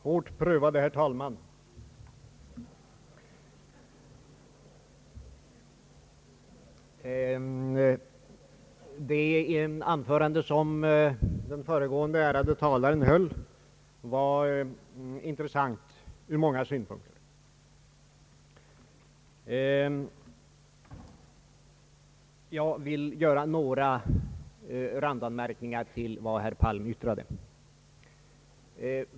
Hårt prövade herr talman! Det anförande som den föregående ärade talaren höll var intressant ur många synpunkter. Jag vill därför göra några randanmärkningar med anledning av vad herr Palm yttrade.